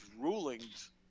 rulings